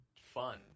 fun